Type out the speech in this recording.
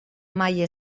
mai